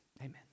amen